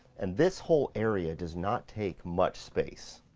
and this whole area does not take much space.